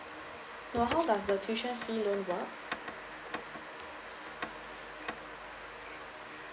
no how does the tuition fee loan works